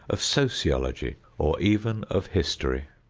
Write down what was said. of sociology, or even of history.